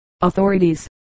Authorities